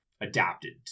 adapted